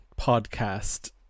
podcast